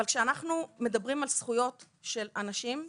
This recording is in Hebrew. אבל כשאנחנו מדברים על זכויות של אנשים,